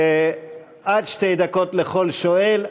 עד שתי דקות לכל שואל.